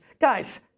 Guys